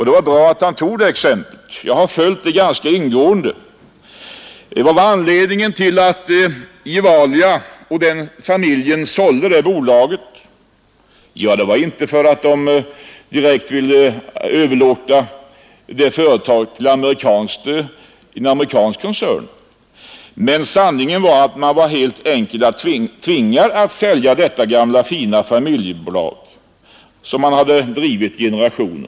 Det var bra att han tog det exemplet. Jag har följt det fallet ganska ingående. Vad var anledningen till att Gevalia såldes? Det var inte för att ägarna direkt ville överlåta företaget till en amerikansk koncern. Sanningen var att man helt enkelt var tvingad att sälja detta gamla fina familjeföretag, som man hade drivit i generationer.